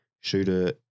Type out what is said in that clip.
Shooter